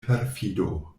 perfido